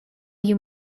you